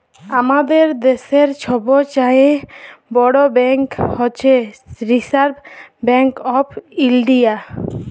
আমাদের দ্যাশের ছব চাঁয়ে বড় ব্যাংক হছে রিসার্ভ ব্যাংক অফ ইলডিয়া